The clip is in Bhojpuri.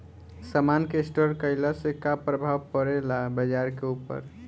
समान के स्टोर काइला से का प्रभाव परे ला बाजार के ऊपर?